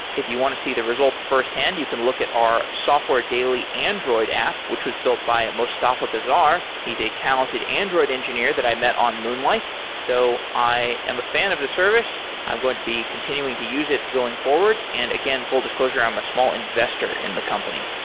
if you want to see the results firsthand, you can look at our software daily android app, which was built by a mostafa gazar. he's a talented android engineer that i met on moonlight. so i am a fan of the service. i'm going to be continuing to use it going forward. and again full disclosure, i'm a small investor in the company.